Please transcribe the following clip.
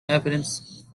evidence